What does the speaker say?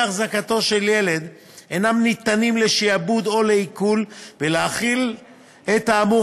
אחזקתו של ילד אינם ניתנים לשעבוד או לעיקול ולהחיל את האמור